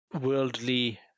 worldly